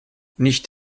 nicht